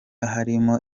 hatarimo